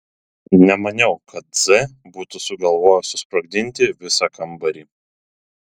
nemaniau kad z būtų sugalvojęs susprogdinti visą kambarį